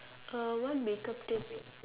uh one make up tip